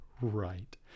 right